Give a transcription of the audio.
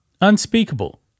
Unspeakable